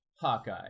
Hawkeye